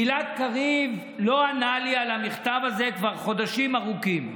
גלעד קריב לא ענה לי על המכתב הזה כבר חודשים ארוכים.